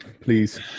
Please